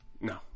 no